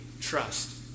trust